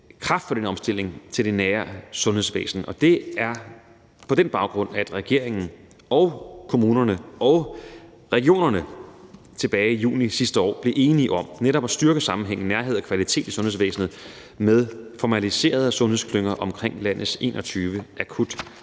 tryk på omstillingen til det nære sundhedsvæsen, og det er på den baggrund, at regeringen, kommunerne og regionerne tilbage i juni sidste år blev enige om netop at styrke sammenhængen, nærheden og kvaliteten i sundhedsvæsenet med formaliserede sundhedsklynger omkring landets 21